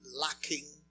lacking